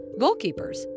Goalkeepers